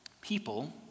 People